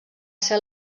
ser